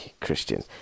Christian